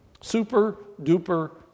super-duper